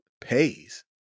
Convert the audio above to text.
Pays